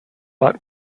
but